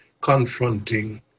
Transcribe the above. confronting